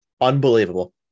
Unbelievable